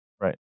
right